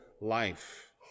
life